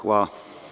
Hvala.